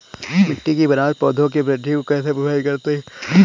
मिट्टी की बनावट पौधों की वृद्धि को कैसे प्रभावित करती है?